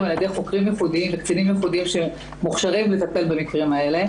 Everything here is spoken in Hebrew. על-ידי חוקרים ייחודיים וקצינים ייחודיים שמוכשרים לטפל במקרים האלה.